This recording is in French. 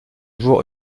jour